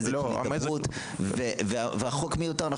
המזג של הידברות והחוק מיותר.